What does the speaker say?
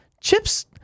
Chip's